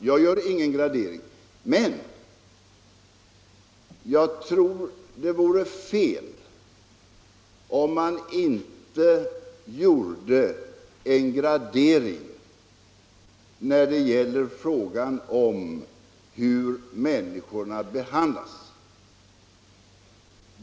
Jag tror dock att det vore fel om man inte gjorde en gradering av hur människorna behandlas.